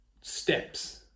steps